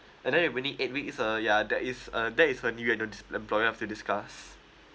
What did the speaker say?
and then remaining eight week is uh ya that is uh that is uh for you and your employer to discuss